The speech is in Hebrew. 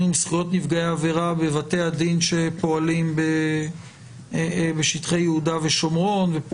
עם זכויות נפגעי העבירה בבתי הדין שפועלים בשטחי יהודה ושומרון.